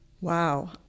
Wow